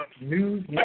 News